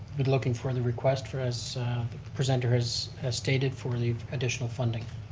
we're looking for the request for as the presenter has has stated for the additional funding.